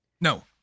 No